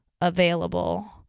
available